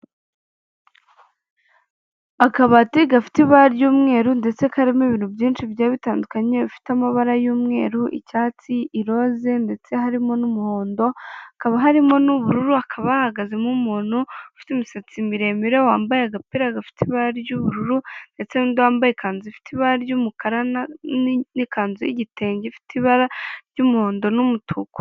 Akabati gafite ibara ry'umweru ndetse karimo ibintu byinshi byari bitandukanye bifite amabara y'umweru, icyatsi, i roze ndetse harimo n'umuhondo hakaba harimo n'ubururu akaba ahahagaze nk'umuntu ufite umusatsi miremire wambaye agapira gafite ibara ry'ubururu ndetse n'undi wambaye ikanzu ifite ibara ry'umukara n'ikanzu y'igitenge gifite ibara ry'umuhondo n'umutuku.